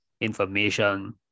information